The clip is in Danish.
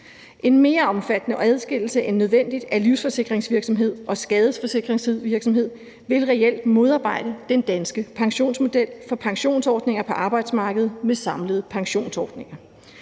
En mere omfattende adskillelse end nødvendigt af livsforsikringsvirksomhed og skadesforsikringsvirksomhed vil reelt modarbejde den danske pensionsmodel for pensionsordninger på arbejdsmarkedet med samlede pensionsordninger.